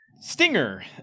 Stinger